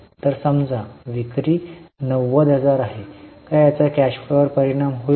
तर समजा विक्री 90000 आहे का याचा कॅश फ्लोावर परिणाम होईल